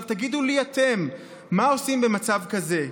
עכשיו, תגידו לי אתם, מה עושים במצב כזה?